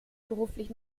beruflich